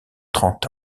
trente